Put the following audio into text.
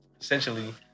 essentially